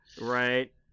Right